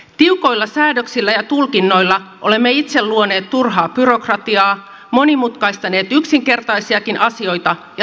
tiukoilla säädöksillä ja tulkinnoilla olemme itse luoneet turhaa byrokratiaa monimutkaistaneet yksinkertaisiakin asioita ja tappaneet luovuutta